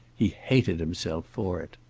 he hated himself for it.